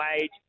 wage